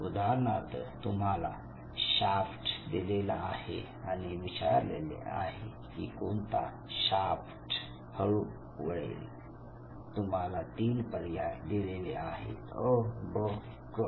उदाहरणार्थ तुम्हाला शाफ्ट दिलेला आहे आणि विचारलेले आहे की कोणता शाफ्ट हळू वळेल तुम्हाला तीन पर्याय दिलेले आहेत अ ब क